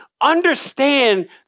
understand